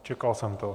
Čekal jsem to.